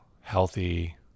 healthy